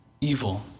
evil